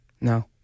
No